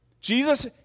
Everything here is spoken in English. Jesus